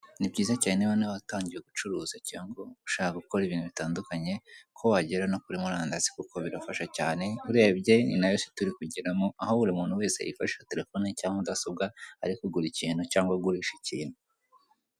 Ni byiza cyane niba nawe waratangiye gucuruza cyangwa ushaka gukora ibintu bitandukanye ko wagera kuri murandasi kuko birafasha cyane, urebye ni nayo si turi kugeramo aho buri muntu wese yifashisha telefone cyangwa mudasobwa, ari kugura ikintu cyangwa ari kugurisha ikintu.